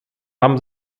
haben